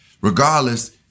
Regardless